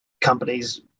companies